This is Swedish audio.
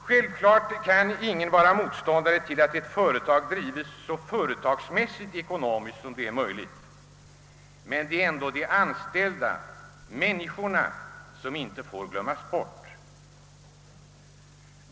Självfallet kan ingen vara motståndare till att ett företag drivs så företagsmässigt ekonomiskt som det är möjligt, men de anställda — människorna — får inte glömmas bort.